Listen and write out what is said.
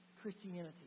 Christianity